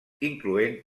incloent